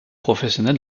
professionnels